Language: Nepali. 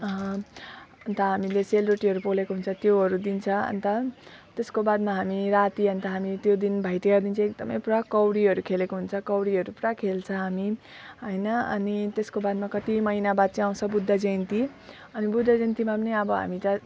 अन्त हामीले सेलरोटीहरू पोलेको हुन्छ त्योहरू दिन्छ अन्त त्यसको बादमा हामी राति अन्त हामी त्यो दिन भाइटिकाको दिन चाहिँ एकदम पुरा कौडीहरू खेलेको हुन्छ कौडीहरू पुरा खेल्छ हामी होइन अनि त्यसको बादमा कति महिना बाद चाहिँ आउँछ बुद्ध जयन्ती अनि बुद्ध जयन्तीमा पनि अनि हामी त